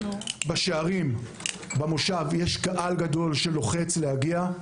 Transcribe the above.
בשערים במושב יש קהל גדול שלוחץ להגיע,